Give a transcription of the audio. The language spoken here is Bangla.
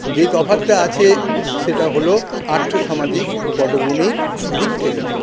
যেই তফাৎটা আছে সেটা হল আর্থসামাজিক পটভূমির দিক থেকে